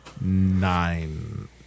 Nine